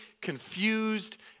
confused